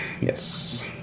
yes